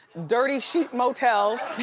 dirty sheet motels,